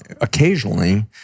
occasionally